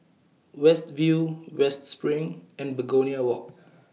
West View West SPRING and Begonia Walk